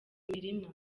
imirima